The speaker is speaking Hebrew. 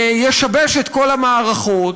ישבש את כל המערכות,